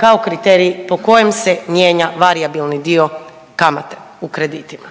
kao kriterij po kojem se mijenja varijabilni dio kamate u kreditima.